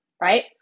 right